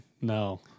No